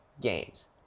games